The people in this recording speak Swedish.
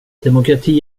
demokrati